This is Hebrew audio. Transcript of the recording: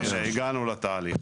הגענו לתהליך.